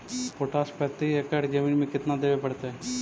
Potash प्रति एकड़ जमीन में केतना देबे पड़तै?